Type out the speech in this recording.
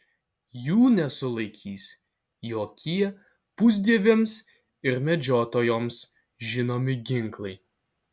jų nesulaikys jokie pusdieviams ir medžiotojoms žinomi ginklai